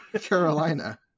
Carolina